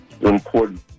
important